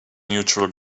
neutral